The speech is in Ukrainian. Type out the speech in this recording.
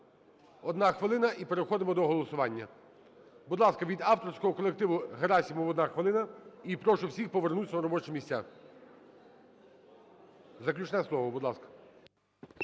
1 хвилина і переходимо до голосування. Будь ласка, від авторського колективу Герасимову – одна хвилина. І прошу всіх повернутися на робочі місця. Заключне слово, будь ласка.